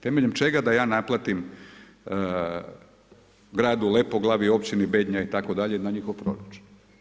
Temeljem čega da ja naplatim gradu Lepoglavi, općini Bednja itd. na njihov proračun.